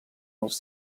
els